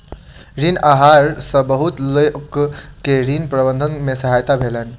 ऋण आहार सॅ बहुत लोक के ऋण प्रबंधन में सहायता भेलैन